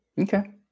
Okay